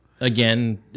again